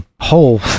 whole